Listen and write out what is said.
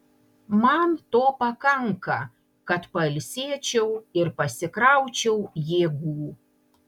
man to pakanka kad pailsėčiau ir pasikraučiau jėgų